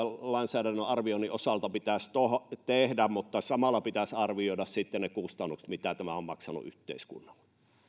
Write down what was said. lainsäädännön arvioinnin osalta pitäisi tehdä mutta samalla pitäisi arvioida myös ne kustannukset mitä tämä on maksanut yhteiskunnalle